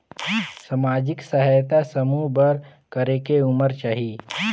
समाजिक सहायता बर करेके उमर चाही?